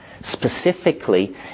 Specifically